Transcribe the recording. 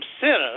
sinners